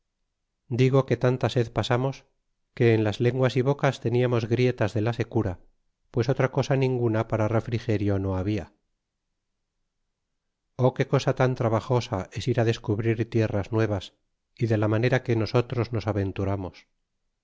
digo que tanta sed pasamos que en las lenguas y bocas teniamos grietas de la secura pues otra cosa ninguna para refrigerio no habla o qué cosa tan trabajosa es ir descubrir tierras nuevas y de la manera que nosotros nos aventura